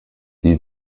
die